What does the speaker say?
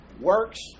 works